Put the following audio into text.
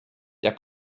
der